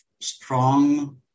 strong